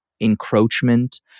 encroachment